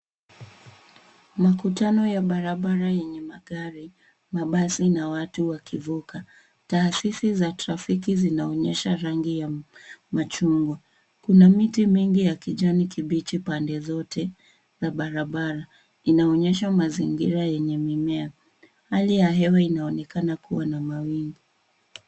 Makutano ya barabara yenye magari, mabasi na watu wakivuka. Taasisi za trafiki zinaonyesha rangi ya machungwa. Kuna miti mingi ya kijani kibichi pande zote za barabara. Inaonyesha mazingira yenye mimea. Hali ya hewa inaonekana kuwa na mawingu.